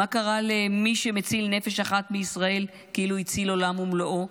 מה קרה ל"מי שמציל נפש אחת מישראל כאילו הציל עולם ומלואו"?